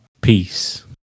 Peace